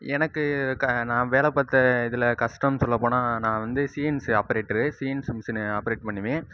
எனக்கு க நா வேலை பார்த்த இதில் கஷ்டம்னு சொல்லப்போனால் நான் வந்து CNC operator CNC machine operate பண்ணுவேன்